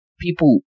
people